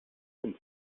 ins